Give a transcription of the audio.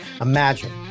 Imagine